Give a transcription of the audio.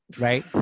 right